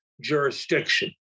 jurisdiction